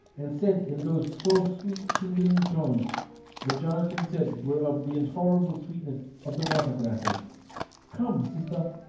and said in those so sweet tingling tones that jonathan said were of the intolerable sweetness of the water-glasses come, sister.